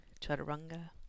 chaturanga